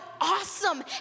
awesome